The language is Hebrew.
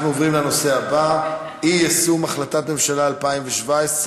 אנחנו עוברים לנושא הבא: אי-יישום החלטת הממשלה 2017,